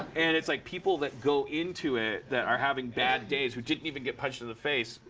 and it's like, people that go into it, that are having bad days who didn't even get punched in the face,